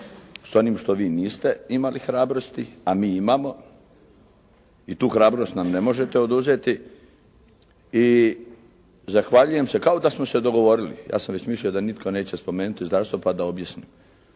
s onim što vi niste imali hrabrosti a mi imamo i tu hrabrost nam ne možete oduzeti i zahvaljujem se kao da smo se dogovorili. Ja sam već mislio da nitko neće spomenuti zdravstvo pa da objasnim.